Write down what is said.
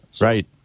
Right